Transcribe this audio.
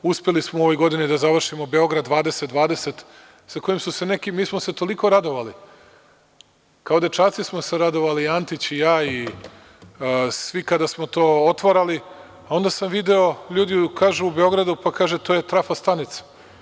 Uspeli smo u ovoj godini da završimo „Beograd 2020“ sa kojim su se neki, mi smo se toliko radovali, kao dečaci smo se radovali Antić i ja i svi kada smo to otvarali, a onda sam video, ljudi kažu u Beogradu – pa, to je trafo stanica.